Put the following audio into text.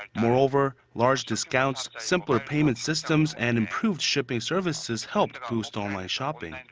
moreover, large discounts, simpler payment systems and improved shipping services helped boost online shopping. and